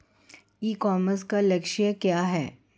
ई commerce का लक्ष्य क्या है?